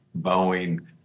Boeing